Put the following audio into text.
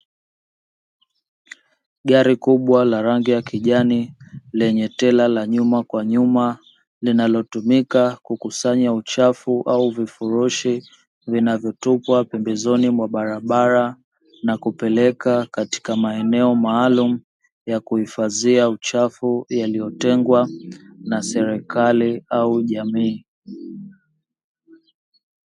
Gari kubwa la rangi ya kijani lenye tela la nyuma kwa nyuma linalotumika kukusanya uchafu au vifurushi vinavyotupwa pembezoni mwa barabara na kupelekwa katika maeneo maalumu ya kuhifadhiwa uchafu yaliyotengwa na serikali au jamii.